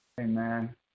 Amen